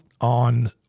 on